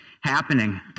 happening